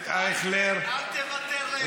אייכלר, אל תוותר להם.